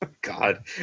god